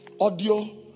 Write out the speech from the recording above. audio